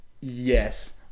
Yes